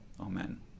Amen